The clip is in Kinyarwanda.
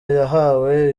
yahawe